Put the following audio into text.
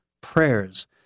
prayers